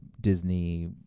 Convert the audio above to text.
Disney